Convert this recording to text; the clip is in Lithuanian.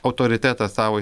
autoritetą savo